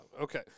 okay